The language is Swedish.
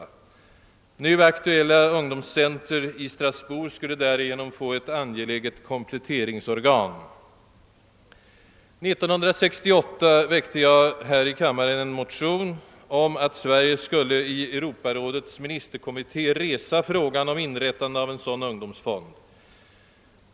Nu aktuella ungdomscenter i Strasbourg skulle därigenom få ett angeläget kompletteringsorgan. År 1968 väckte jag här i kammaren en motion om att Sverige skulle i Europarådets ministerkommitté resa frågan om inrättandet av en sådan ungdomsfond.